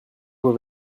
vos